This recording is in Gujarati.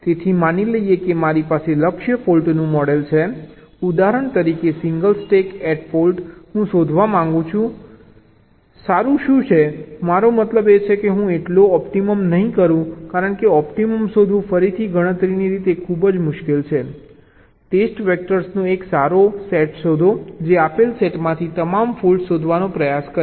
તેથી માની લઈએ કે મારી પાસે લક્ષ્ય ફોલ્ટનું મોડેલ છે ઉદાહરણ તરીકે સિંગલ સ્ટેક એટ ફોલ્ટ હું શોધવા માંગુ છું કે સારું શું છે મારો મતલબ એ છે કે હું એટલો ઑપ્ટિમમ નહીં કરું કારણ કે ઑપ્ટિમમ શોધવું ફરીથી ગણતરીની રીતે ખૂબ જ મુશ્કેલ છે ટેસ્ટ વેક્ટર્સનો એક સારો સેટ શોધો જે આપેલ સેટમાંથી તમામ ફોલ્ટ્સ શોધવાનો પ્રયાસ કરશે